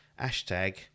Hashtag